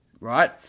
right